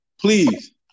please